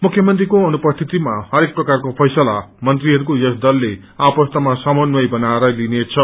मुख्यमंत्रीको अनुपस्थितिमा हरेक प्रकारको फैसला मंत्रीहरूको यस दलले आपस्तमा समन्वय बनाएर लिनेछ